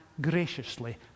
graciously